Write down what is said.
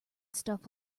stuff